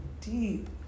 deep